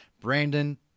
Brandon